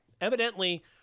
Evidently